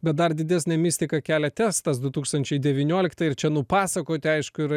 bet dar didesnę mistiką kelia testas du tūkstančiai devyniolikti ir čia nupasakoti aišku yra